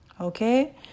Okay